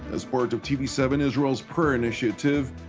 as part of t v seven israel's prayer initiative,